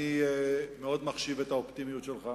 אני מאוד מחשיב את האופטימיות שלך.